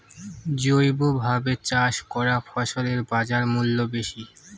জৈবভাবে চাষ করা ফসলের বাজারমূল্য বেশি